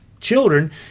children